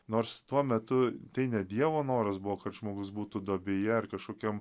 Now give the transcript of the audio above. nors tuo metu tai ne dievo noras buvo kad žmogus būtų duobėje ar kažkokiam